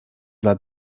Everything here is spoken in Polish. lat